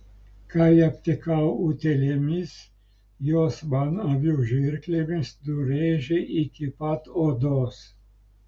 kai aptekau utėlėmis juos man avių žirklėmis nurėžė iki pat odos